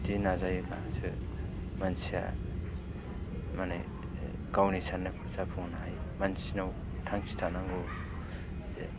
बिदि नाजायोब्लासो मानसिया माने गावनि साननायखौ जाफुंहोनो हायो मानसिनाव थांखि थानांगौ